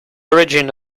origin